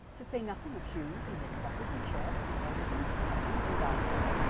to say nothing of shoes and knickerbockers and shirts and hair-ribbons and stockings and garters.